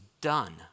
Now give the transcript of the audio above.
done